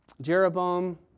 Jeroboam